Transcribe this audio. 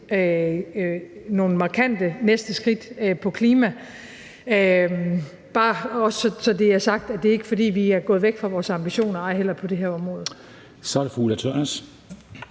nogle markante næste skridt på klimaområdet – bare så det også er sagt, at det ikke er, fordi vi er gået væk fra vores ambitioner, ej heller på det her område. Kl. 23:05 Formanden